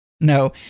No